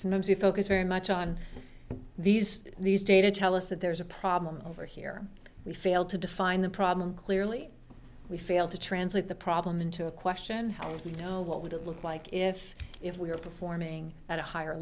sometimes you focus very much on these these data tell us that there's a problem over here we failed to define the problem clearly we failed to translate the problem into a question how do we know what would it look like if if we were performing at a higher